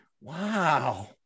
Wow